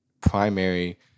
primary